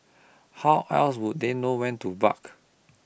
how else would they know when to bark